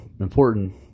important